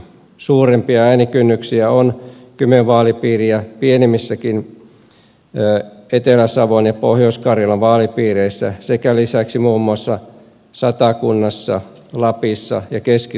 suurempia äänikynnyksiä on kymen vaalipiiriä pienemmissäkin etelä savon ja pohjois karjalan vaalipiireissä sekä lisäksi muun muassa satakunnassa lapissa ja keski suomessa